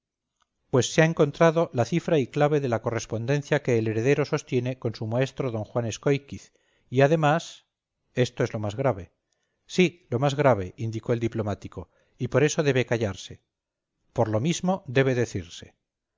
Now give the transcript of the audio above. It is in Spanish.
pues se ha encontrado la cifra y clave de la correspondencia que el heredero sostiene con su maestro d juan escóiquiz y además esto es lo más grave sí lo más grave indicó el diplomático y por eso debe callarse por lo mismo debe decirse